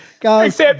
guys